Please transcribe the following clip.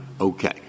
Okay